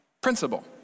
principle